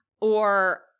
or-